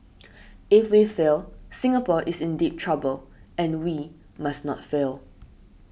if we fail Singapore is in deep trouble and we must not fail